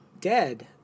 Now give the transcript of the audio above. dead